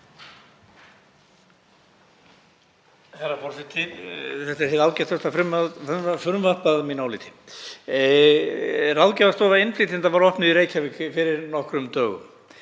Herra forseti. Þetta er hið ágætasta frumvarp að mínu áliti. Ráðgjafarstofa innflytjenda var opnuð í Reykjavík fyrir nokkrum dögum